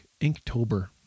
Inktober